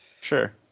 Sure